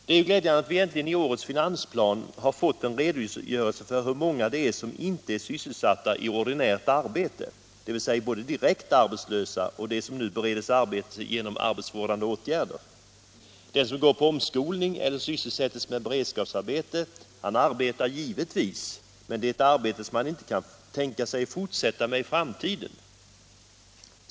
Det är glädjande att vi äntligen i årets finansplan fått en redogörelse för hur många som inte är sysselsatta i ordinärt arbete, dvs. både de som är direkt arbetslösa och de som nu bereds arbete genom arbetsvårdande åtgärder. Den som går på omskolning eller sysselsätts med beredskapsarbete arbetar givetvis, men det är ett arbete som han inte kan tänka sig fortsätta med i framtiden.